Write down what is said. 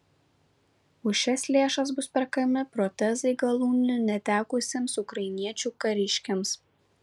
už šias lėšas bus perkami protezai galūnių netekusiems ukrainiečių kariškiams